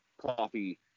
coffee